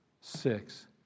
six